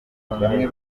bamwe